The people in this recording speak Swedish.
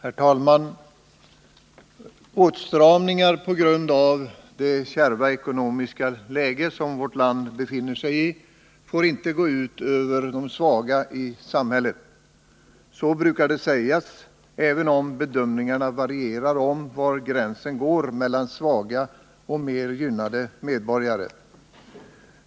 Herr talman! ”Åtstramningar på grund av det kärva ekonomiska läge som vårt land befinner sig i får inte gå ut över de svaga i samhället.” Så brukar det sägas, även om bedömningarna varierar i fråga om var gränsen går mellan svaga och mer gynnade medborgare.